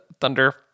Thunder